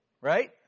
Right